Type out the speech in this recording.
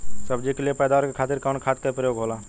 सब्जी के लिए पैदावार के खातिर कवन खाद के प्रयोग होला?